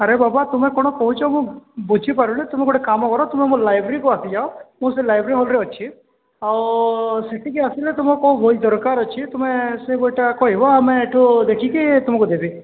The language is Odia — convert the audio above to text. ଆରେ ବାବା ତୁମେ କଣ କହୁଛ ମୁଁ ବୁଝି ପାରୁନି ତୁମେ ଗୋଟେ କାମ କର ତୁମେ ମୋ ଲାଇବ୍ରେରୀକୁ ଆସିଯାଅ ମୁଁ ସେ ଲାଇବ୍ରେରୀ ହଲ୍ରେ ଅଛି ଆଉ ସେଠିକି ଆସିଲେ ତୁମକୁ କୋଉ ବହି ଦରକାର ଅଛି ତୁମେ ସେ ବହିଟା କହିବ ଆମେ ଏଠୁ ଦେଖିକି ତୁମକୁ ଦେବି